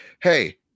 hey